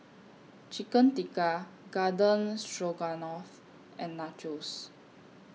Chicken Tikka Garden Stroganoff and Nachos